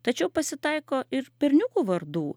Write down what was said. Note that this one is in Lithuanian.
tačiau pasitaiko ir berniukų vardų